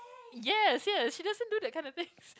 yes yes she doesn't do that kind of thing